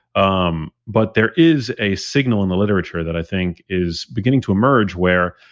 um but there is a signal in the literature that i think is beginning to emerge where,